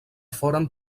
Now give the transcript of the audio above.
foren